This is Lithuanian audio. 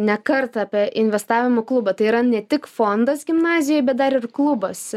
ne kartą apie investavimo klubą tai yra ne tik fondas gimnazijoj bet dar ir klubas